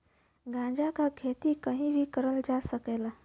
गांजा क खेती कहीं भी करल जा सकला